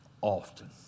often